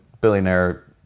billionaire